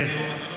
כן.